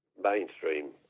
mainstream